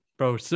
Bro